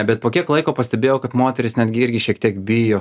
bet po kiek laiko pastebėjau kad moterys netgi irgi šiek tiek bijo